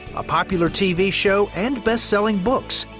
a popular tv show, and bestselling books,